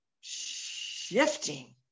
shifting